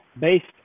based